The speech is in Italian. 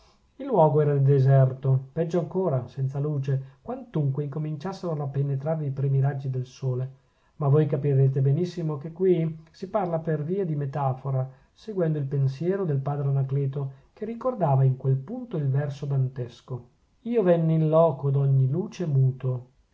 il luogo era deserto peggio ancora senza luce quantunque incominciassero a penetrarvi i primi raggi del sole ma voi capirete benissimo che qui si parla per via di metafora seguendo il pensiero del padre anacleto che ricordava in quel punto il verso dantesco io venni in loco d'ogni luce muto